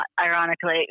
ironically